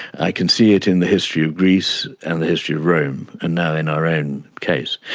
i can see it in the history of greece and the history of rome and now in our own case.